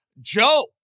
Joe